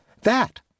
That